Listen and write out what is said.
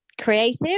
creative